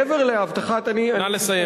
מעבר להבטחת, נא לסיים.